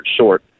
short